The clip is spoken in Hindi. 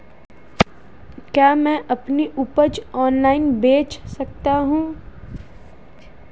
क्या मैं अपनी उपज ऑनलाइन बेच सकता हूँ?